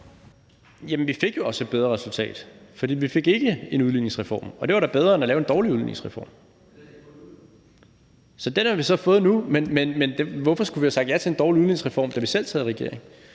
Jamen vi fik jo også et bedre resultat, for vi fik ikke en udligningsreform, og det var da bedre end at lave en dårlig udligningsreform. Den har vi så fået nu, men hvorfor skulle vi have sagt ja til en dårlig udligningsreform, da vi selv sad i regering?